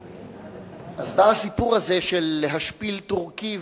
אז בא הסיפור הזה של "להשפיל טורקי ולנוח"